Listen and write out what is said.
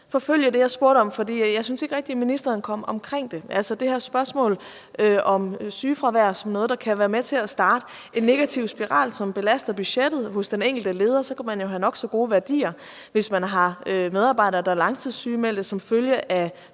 jeg synes ikke rigtig, ministeren kom omkring det, altså det her spørgsmål om sygefravær som noget, der kan være med til at starte en negativ spiral, som belaster budgettet hos den enkelte leder. Man kan jo have nok så gode værdier, men hvis man har medarbejdere, der er langtidssygemeldte som følge af